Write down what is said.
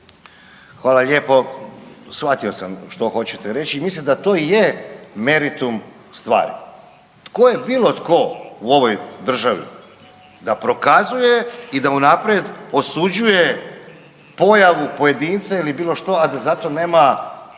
Hvala lijepo. Shvatio sam što hoćete reći. Mislim da to i je meritum stvari. Tko je bilo tko u ovoj državi da prokazuje i da unaprijed osuđuje pojavu pojedinca ili bilo što, a da za to nema